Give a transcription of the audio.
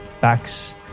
backs